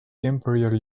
imperial